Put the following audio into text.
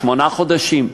שמונה חודשים.